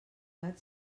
gat